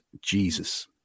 Jesus